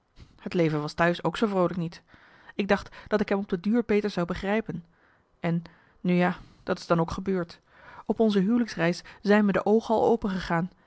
het leven was t'huis ook zoo vroolijk niet ik dacht dat ik hem op de duur beter zou begrijpen en nu ja dat is dan ook gebeurd op onze huwelijksreis zijn me de oogen